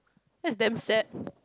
that's damn sad